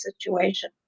situation